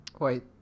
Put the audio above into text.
Wait